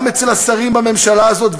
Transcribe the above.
גם אצל השרים בממשלה הזאת,